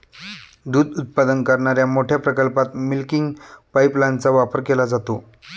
दूध उत्पादन करणाऱ्या मोठ्या प्रकल्पात मिल्किंग पाइपलाइनचा वापर केला जातो